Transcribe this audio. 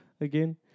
again